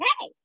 Hey